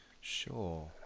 sure